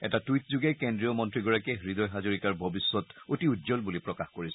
এটা টুইটযোগে কেন্দ্ৰীয় মন্ত্ৰীগৰাকীয়ে হৃদয় হাজৰিকাৰ ভৱিষ্যত অতি উজ্জ্বল বুলি প্ৰকাশ কৰিছে